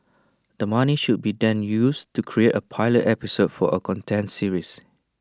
the money should be then used to create A pilot episode for A content series